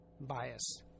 bias